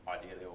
ideally